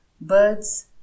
birds